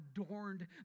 adorned